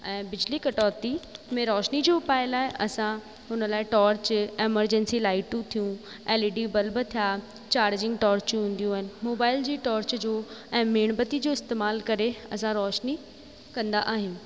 ऐं बिजली कटौती में रोशनी जो उपाय लाइ उन सां हुन लाइ टोर्च एमरजंसी लाइटियूं थियूं एलईडी बल्ब थिया चार्जिंग टोर्चू हूंदियूं आहिनि मोबाइल जी टोर्च जो ऐं मेन बत्ती जो इस्तेमाल करे असां रोशनी कंदा आहियूं